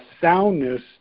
soundness